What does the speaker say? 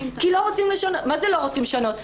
לא אומרים, אנחנו לא רוצים לשנות.